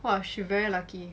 !wah! she very lucky